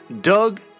Doug